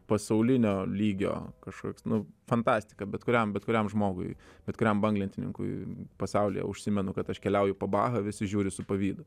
pasaulinio lygio kažkoks nu fantastika bet kuriam bet kuriam žmogui bet kuriam banglentininkui pasaulyje užsimenu kad aš keliauju po bahą visi žiūri su pavydu